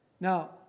Now